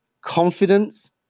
confidence